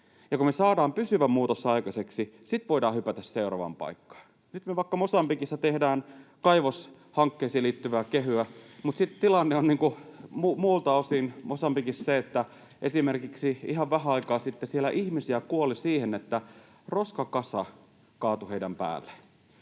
ja kun me saadaan pysyvä muutos aikaiseksi, sitten voidaan hypätä seuraavaan paikkaan. Nyt me vaikka Mosambikissa tehdään kaivoshankkeisiin liittyvää kehyä, mutta tilanne on muilta osin Mosambikissa se, että esimerkiksi ihan vähän aikaa sitten siellä ihmisiä kuoli siihen, että roskakasa kaatui heidän päälleen